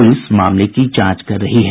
police मामले की जांच कर रही है